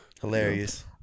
Hilarious